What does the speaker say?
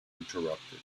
interrupted